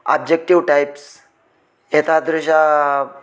objective taps एतादृशाः